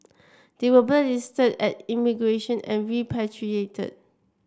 they were blacklisted at immigration and repatriated